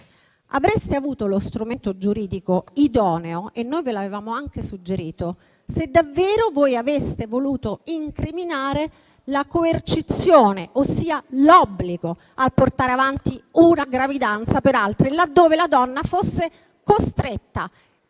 Avreste avuto lo strumento giuridico idoneo (e noi ve l'avevamo anche suggerito), se davvero voi aveste voluto incriminare la coercizione, ossia l'obbligo a portare avanti una gravidanza per altri, laddove la donna fosse costretta.